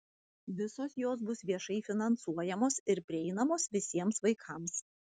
visos jos bus viešai finansuojamos ir prieinamos visiems vaikams